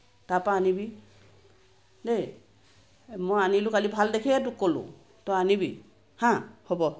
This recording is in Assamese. তাৰপৰা আনিবি দেই মই আনিলো কালি ভাল দেখিয়ে তোক ক'লো তই আনিবি হা হ'ব